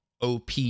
OP